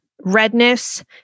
redness